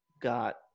got